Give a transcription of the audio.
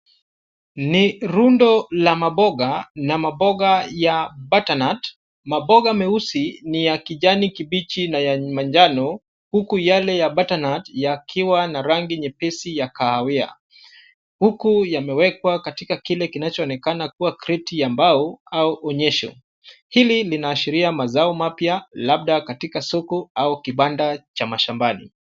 Ni rundo la maboga na maboga ya butternut , maboga meusi, ni ya kijani kibichi na ya manjano huku yale ya butternut yakiwa na rangi nyepesi ya kahawia huku yamewekwa katika kile kinachoonekana kuwa kreti ya mbao au onyesho. Hili linaashiria mazao mapya labda katika soko au kibanda cha mashambani.